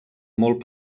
molt